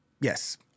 yes